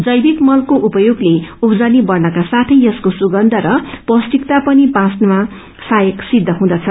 जैविक मलको उपयोगले उपजबनी बढ़नका साथे यसको सुगन्ध र पीष्टिकता पनि बाँच्नामा साहयकसिद्ध हुँदछ